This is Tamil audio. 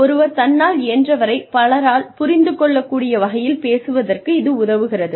ஒருவர் தன்னால் இயன்றவரை பலரால் புரிந்து கொள்ளக்கூடிய வகையில் பேசுவதற்கு இது உதவுகிறது